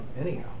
anyhow